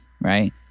right